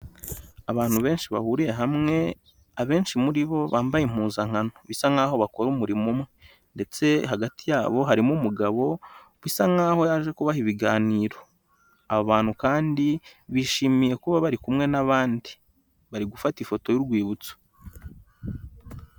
Abantu benshi bahuriye hamwe abenshi muri bo bambaye impuzankano bisa nk'aho bakora umurimo umwe ndetse hagati yabo harimo umugabo usa nk'aho yaje kubaha ibiganiro abantu kandi bishimiye kuba bari kumwe n'abandi bari gufata ifoto y'urwibutso.